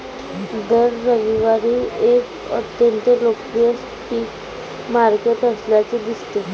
दर रविवारी एक अत्यंत लोकप्रिय स्ट्रीट मार्केट असल्याचे दिसते